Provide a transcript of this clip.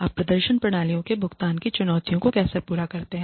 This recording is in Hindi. आप प्रदर्शन प्रणालियों के लिए भुगतान की चुनौतियों को कैसे पूरा करते हैं